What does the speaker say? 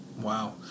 Wow